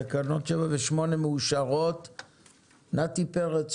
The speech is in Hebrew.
הצבעה תקנות 7 ו-8 אושרו נתי פרץ,